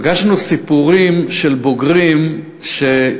פגשנו באירוע הזה סיפורים של בוגרים שקשה